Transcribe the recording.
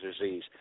disease